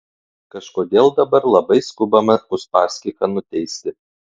kažkodėl dabar labai skubama uspaskichą nuteisti